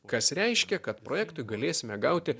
kas reiškia kad projektui galėsime gauti